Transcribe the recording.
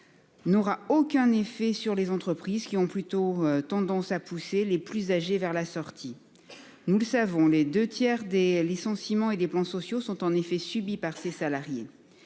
N'aura aucun effet sur les entreprises qui ont plutôt tendance à pousser les plus âgés vers la sortie. Nous le savons les 2 tiers des licenciements et des plans sociaux sont en effet subies par ses salariés.